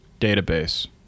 database